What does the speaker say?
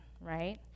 right